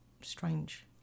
strange